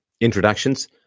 introductions